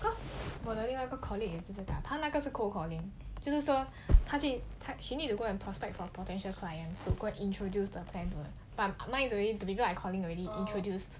cause 我的另外一个 colleague 也是这样她那个是 cold calling 就是说他去他去 she need to go and prospect for potential clients to go and introduced the plan but mine is already calling already I introduced